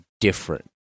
different